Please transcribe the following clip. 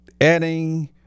adding